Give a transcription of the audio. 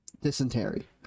dysentery